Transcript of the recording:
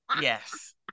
yes